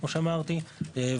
כמו שאמרתי,